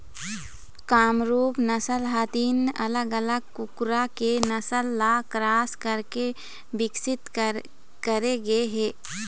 कामरूप नसल ह तीन अलग अलग कुकरा के नसल ल क्रास कराके बिकसित करे गे हे